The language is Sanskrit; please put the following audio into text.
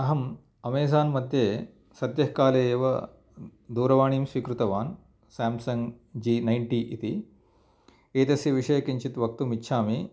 अहम् अमेज़ान् मध्ये सद्यकाले एव दूरवाणीं स्वीकृतवान् सेम्सङ्ग् जी नयण्टि इति एतस्य विषये किञ्चित् वक्तुम् इच्छामि